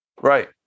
Right